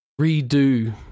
redo